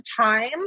time